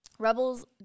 Rebels